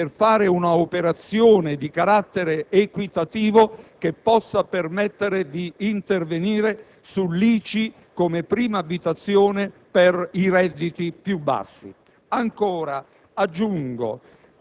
si trovano le risorse per compiere un'operazione di carattere equitativo tale da permettere di intervenire sull'ICI come prima abitazione per i redditi più bassi.